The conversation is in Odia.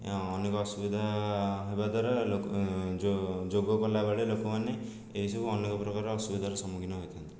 ଅନେକ ଅସୁବିଧା ହେବା ଦ୍ୱାରା ଲୋକ ଯୋଗ କଲାବେଳେ ଲୋକମାନେ ଏଇସବୁ ଅନେକ ପ୍ରକାର ଅସୁବିଧାର ସମ୍ମୁଖୀନ ହୋଇଥାନ୍ତି